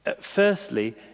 firstly